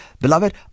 Beloved